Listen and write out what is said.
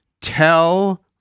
Tell